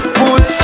put